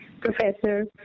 professor